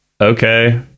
okay